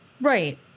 Right